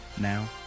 Now